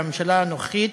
והממשלה הנוכחית